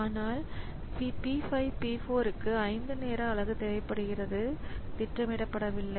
ஆனால் P 5 P 4 க்கு 5 நேர அலகு தேவைப்படுகிறது திட்டமிடப்படவில்லை